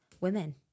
women